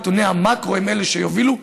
נתוני המקרו הם אלה שיובילו,